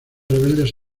rebeldes